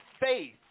faith